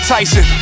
Tyson